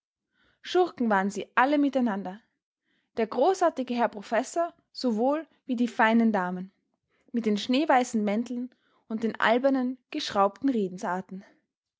schurken waren sie alle miteinander der großartige herr professor sowohl wie die feinen damen mit den schneeweißen mänteln und den albernen geschraubten redensarten